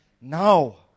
now